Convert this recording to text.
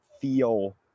feel